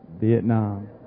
vietnam